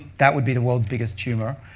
that would be the world's biggest tumor.